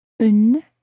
Une